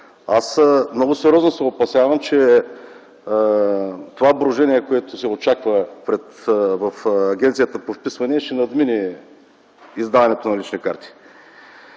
Много сериозно се опасявам, че това брожение, което се очаква в Агенцията по вписвания, ще надмине издаването на лични карти.